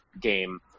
game